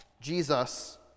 Jesus